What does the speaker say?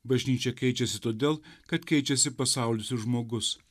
bažnyčia keičiasi todėl kad keičiasi pasaulis ir žmogus